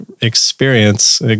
experience